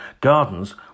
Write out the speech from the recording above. Gardens